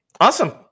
Awesome